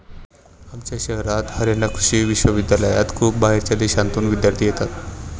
आमच्या शहरात हरयाणा कृषि विश्वविद्यालयात खूप बाहेरच्या देशांतून विद्यार्थी येतात